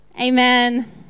Amen